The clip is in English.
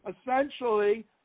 essentially